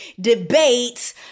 debates